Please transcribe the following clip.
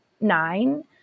nine